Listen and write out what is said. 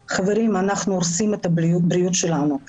חברים, אנחנו הורסים את הבריאות שלנו.